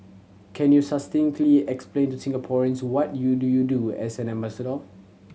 can you succinctly explain to Singaporeans what you do you do as an ambassador